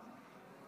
אין נמנעים.